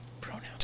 pronouns